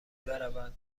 برود